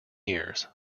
years